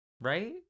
Right